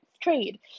trade